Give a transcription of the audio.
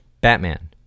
Batman